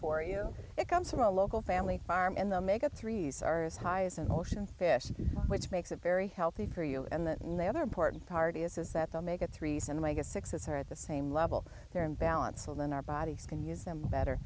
for you it comes from a local family farm in the make up threes are as high as an ocean fish which makes it very healthy for you and that and the other important part is that they'll make a threesome make a successor at the same level they're in balance alone our bodies can use them better